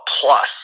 plus